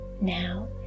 now